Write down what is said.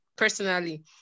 Personally